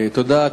תודה.